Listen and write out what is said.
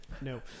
No